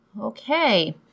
Okay